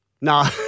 No